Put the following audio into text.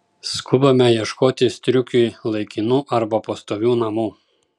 skubame ieškoti striukiui laikinų arba pastovių namų